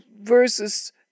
versus